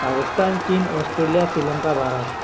Pakistan Chin Australia Sri Lanka Bharat